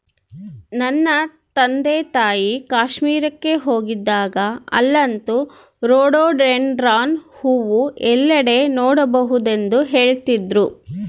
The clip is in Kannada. ನನ್ನ ತಂದೆತಾಯಿ ಕಾಶ್ಮೀರಕ್ಕೆ ಹೋಗಿದ್ದಾಗ ಅಲ್ಲಂತೂ ರೋಡೋಡೆಂಡ್ರಾನ್ ಹೂವು ಎಲ್ಲೆಡೆ ನೋಡಬಹುದೆಂದು ಹೇಳ್ತಿದ್ರು